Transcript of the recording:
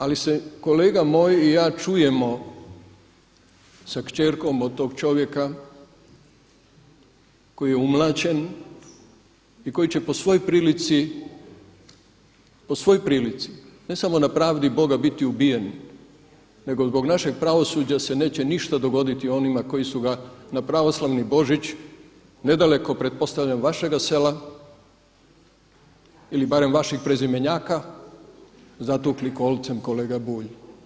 Ali se kolega moj i ja čujemo sa kćerkom od tog čovjeka koji je umlaćen i koji će po svoj prilici, po svoj prilici ne samo na pravdi Boga biti ubijen, nego zbog našeg pravosuđa se neće ništa dogoditi onima koji su ga na pravoslavni Božić, nedaleko pretpostavljam vašega sela ili barem vaših prezimenjaka, zatukli kolcem kolega Bulj.